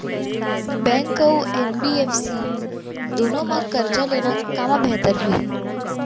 Bank अऊ NBFC दूनो मा करजा लेना कामा बेहतर होही?